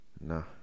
No